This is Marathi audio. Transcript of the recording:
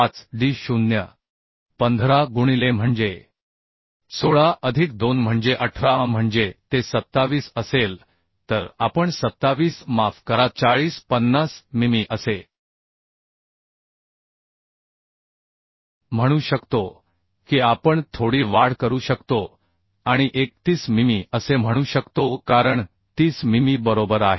5 डी 0 म्हणजे 1 5 गुणिले 16 अधिक 2 म्हणजे 18 म्हणजे ते 27 असेल तर आपण 27 आह माफ करा 40 50 मिमी असे म्हणू शकतो की आपण थोडी वाढ करू शकतो आणि 31 मिमी असे म्हणू शकतो कारण आह किंवा 30 मिमी बरोबर आहे